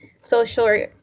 social